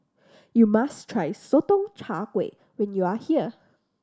you must try Sotong Char Kway when you are here